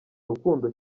rukundo